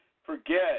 forget